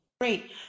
Great